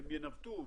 הם ינווטו